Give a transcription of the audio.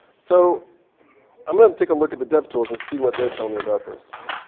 so i'm going to take a look at the devtools and see what they're telling me about this.